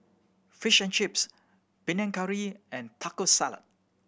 Fish and Chips Panang Curry and Taco Salad